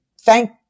thank